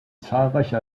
zahlreiche